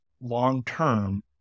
long-term